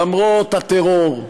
למרות הטרור,